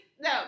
no